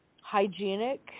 hygienic